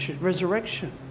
resurrection